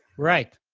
right.